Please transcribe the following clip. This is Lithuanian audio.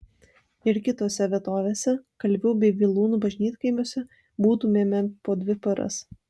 ir kitose vietovėse kalvių bei vilūnų bažnytkaimiuose būtumėme po dvi paras